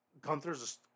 Gunther's